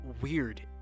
weird